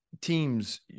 teams